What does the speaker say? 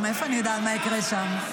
מאיפה אני יודעת מה יקרה שם?